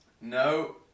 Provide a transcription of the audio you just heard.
No